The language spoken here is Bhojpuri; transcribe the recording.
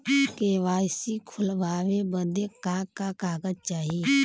के.वाइ.सी खोलवावे बदे का का कागज चाही?